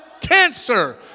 cancer